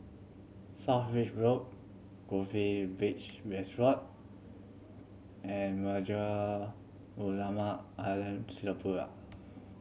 South Bridge Road Goldkist Beach Resort and Majlis Ugama Islam Singapura